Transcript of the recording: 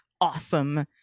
awesome